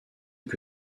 que